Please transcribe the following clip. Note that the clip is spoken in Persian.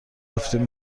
رفتیم